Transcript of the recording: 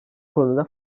konuda